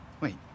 Wait